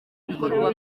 ibikorwa